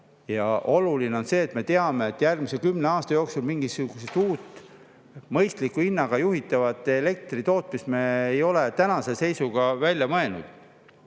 Oluline on see, et me teame, et järgmise kümne aasta jooksul mingisugust uut mõistliku hinnaga juhitava elektri tootmist me ei ole tänase seisuga välja mõelnud.